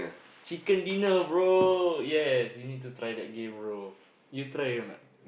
chicken dinner bro yes you need to try that game bro you try or not